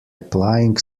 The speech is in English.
applying